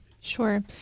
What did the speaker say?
Sure